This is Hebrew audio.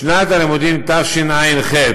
בשנת הלימודים תשע"ח,